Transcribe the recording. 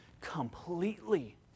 completely